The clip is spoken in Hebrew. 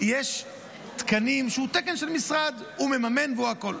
יש תקנים שהם של משרד, הוא מממן והוא הכול.